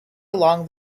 along